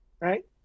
Right